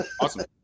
Awesome